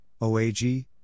OAG